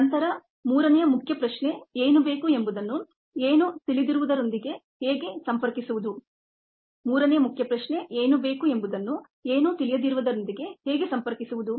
ನಂತರ ಮೂರನೆಯ ಮುಖ್ಯ ಪ್ರಶ್ನೆ ಏನು ಬೇಕು ಎಂಬುದನ್ನು ಏನೂ ತಿಳಿಯದಿರುವುದರೊಂದಿಗೆ ಹೇಗೆ ಸಂಪರ್ಕಿಸುವುದು